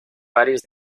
varios